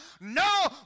No